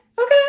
Okay